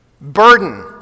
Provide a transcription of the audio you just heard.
burden